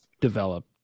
develop